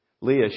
Leah